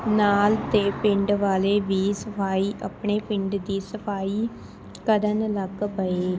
ਨਾਲ ਦੇ ਪਿੰਡ ਵਾਲੇ ਵੀ ਸਫਾਈ ਆਪਣੇ ਪਿੰਡ ਦੀ ਸਫਾਈ ਕਰਨ ਲੱਗ ਪਏ